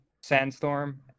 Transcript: Sandstorm